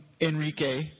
Enrique